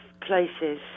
places